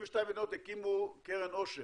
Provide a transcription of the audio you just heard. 22 מדינות הקימו קרן עושר,